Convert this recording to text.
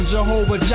Jehovah